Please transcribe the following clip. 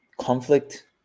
conflict